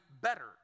better